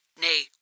nay